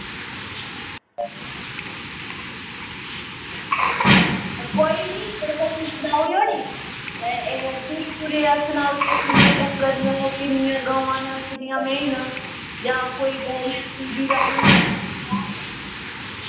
ते कोई नी तुस असेंगी सनाई ओड़ेओ ना एह् पूरी पूरी सनाई ओड़ेओ किन्ने डंगर न किन्नी गवांऽ न किन्नियां मेहीं न जां कोई मैंह गौऽ सूही ते निं ऐ